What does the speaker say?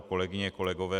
Kolegyně, kolegové.